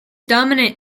dominant